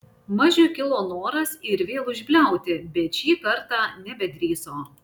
mažiui kilo noras ir vėl užbliauti bet šį kartą nebedrįso